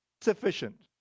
sufficient